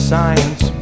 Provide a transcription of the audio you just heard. science